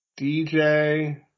DJ